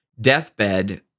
deathbed